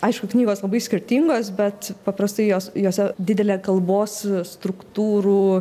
aišku knygos labai skirtingos bet paprastai jos jose didelė kalbos struktūrų